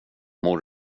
mår